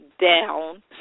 down